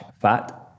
fat